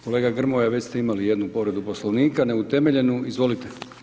Kolega Grmoja, već ste imali jednu povredu Poslovnika, neutemeljenu, izvolite.